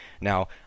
Now